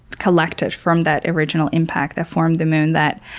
collected from that original impact that formed the moon that